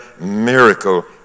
miracle